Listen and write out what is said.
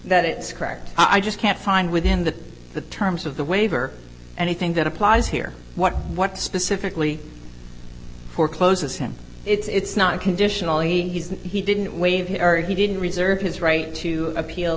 it's cracked i just can't find within the the terms of the waiver anything that applies here what what specifically forecloses him it's not conditional he didn't wave or he didn't reserve his right to appeal